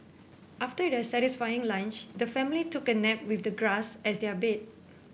after their satisfying lunch the family took a nap with the grass as their bed